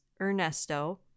Ernesto